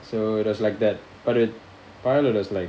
so it was like that but the பழக்கம் was like